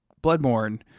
Bloodborne